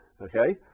Okay